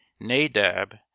Nadab